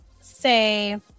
say